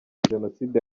jenoside